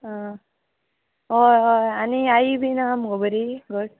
आं होय होय आनी आई बीन हा मुगो बरी घट